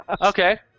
Okay